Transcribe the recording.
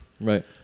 Right